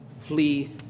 flee